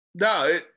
No